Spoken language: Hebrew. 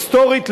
היסטורית,